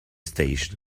station